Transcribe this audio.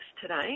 today